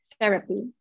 therapy